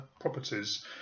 properties